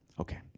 Okay